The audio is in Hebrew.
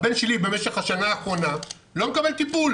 הבן שלי במשך השנה האחרונה לא מקבל טיפול